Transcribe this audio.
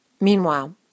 Meanwhile